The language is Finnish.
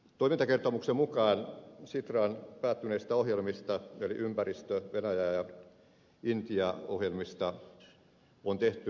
toimintakertomuksen mukaan sitraan päättyneistä ohjelmista eli ympäristö venäjä ja intia ohjelmista on tehty ulkopuolisen arvioitsijan toimesta loppuarviointi